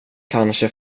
kanske